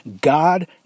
God